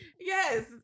Yes